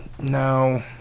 no